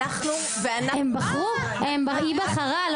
(אומרת דברים בשפת הסימנים,